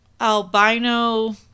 albino